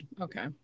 Okay